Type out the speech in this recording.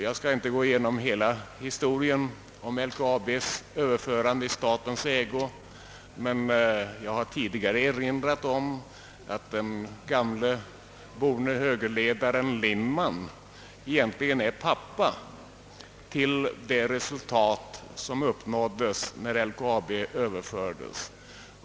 Jag skall inte gå igenom hela historien om LKAB:s överförande i statens ägo, men jag har redan tidigare erinrat om att den gamle högerledaren Lindman egentligen är den som tog initiativ härtill.